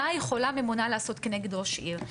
מה יכולה הממונה לעשות כנגד ראש עיר?